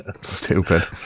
stupid